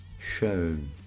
shown